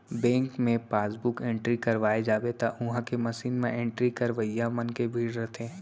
bank मे passbook entry करवाए जाबे त उहॉं के मसीन म एंट्री करवइया मन के भीड़ रथे